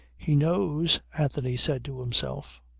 he knows, anthony said to himself.